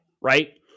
right